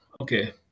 Okay